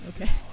okay